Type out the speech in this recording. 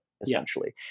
essentially